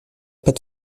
pas